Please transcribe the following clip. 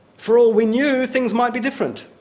for all we knew, things might be different,